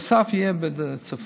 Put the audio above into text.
אחד נוסף יהיה בצפון,